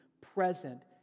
present